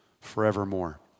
forevermore